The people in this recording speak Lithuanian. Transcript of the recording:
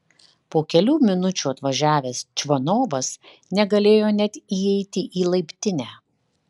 po kelių minučių atvažiavęs čvanovas negalėjo net įeiti į laiptinę